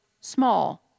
small